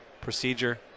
procedure